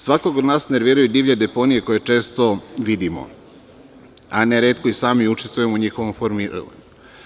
Svakog od nas nerviraju divlje deponije koje često vidimo, a neretko i sami učestvujemo i njihovom formiranju.